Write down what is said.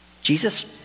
Jesus